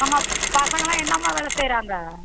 நம்ம பசங்களாம் என்னம்மா வேலை செய்கிறாங்க